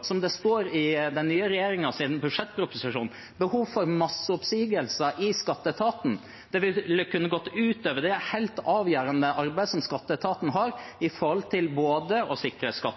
– som det står i den nye regjeringens budsjettproposisjon – behov for masseoppsigelser i skatteetaten. Det ville kunne gått ut over det helt avgjørende arbeidet som skatteetaten har med å sikre skatte- og avgiftsinntekter til fellesskapet, men også med å